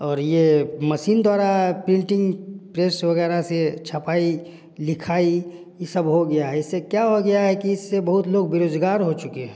और ये मसीन द्वारा प्रिंटिंग प्रेस वगैरह से छपाई लिखाई ये सब हो गया है इससे क्या हो गया है कि इससे बहुत लोग बेरोजगार हो चुके हैं